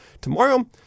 tomorrow